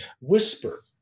whisper